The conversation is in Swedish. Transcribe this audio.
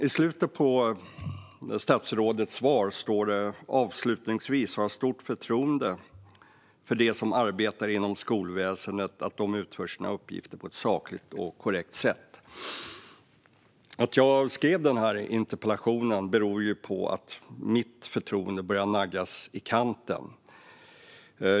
I slutet av sitt svar säger statsrådet: "Avslutningsvis har jag stort förtroende för att de som arbetar inom skolväsendet utför sina uppgifter på ett sakligt och korrekt sätt." Att jag ställer denna interpellation beror på att mitt förtroende börjar naggas i kanten.